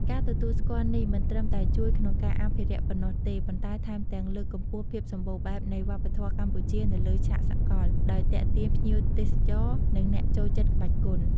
ការទទួលស្គាល់នេះមិនត្រឹមតែជួយក្នុងការអភិរក្សប៉ុណ្ណោះទេ ប៉ុន្តែថែមទាំងលើកកម្ពស់ភាពសម្បូរបែបនៃវប្បធម៌កម្ពុជានៅលើឆាកសកល ដោយទាក់ទាញភ្ញៀវទេសចរ និងអ្នកចូលចិត្តក្បាច់គុន។